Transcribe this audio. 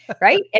right